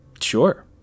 sure